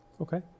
Okay